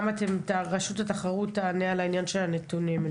ורשות התחרות ישר אחרי זה תענה לגבי הנתונים.